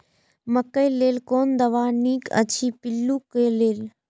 मकैय लेल कोन दवा निक अछि पिल्लू क लेल?